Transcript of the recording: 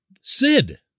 Sid